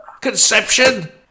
Conception